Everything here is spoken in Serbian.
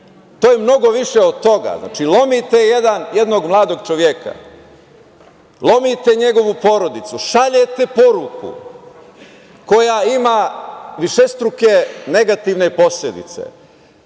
To je mnogo više od toga. Znači, lomite jednog mladog čoveka, lomite njegovu porodicu, šaljete poruku koja ima višestruke negativne posledice. Šta